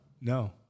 no